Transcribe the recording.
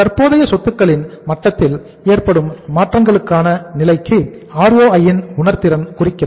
தற்போதைய சொத்துக்களின் மட்டத்தில் ஏற்படும் மாற்றங்களுக்கான நிலைக்கு ROI இன் உணர்திறன் குறிக்கிறது